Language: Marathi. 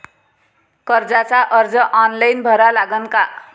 कर्जाचा अर्ज ऑनलाईन भरा लागन का?